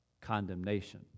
condemnation